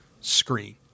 screen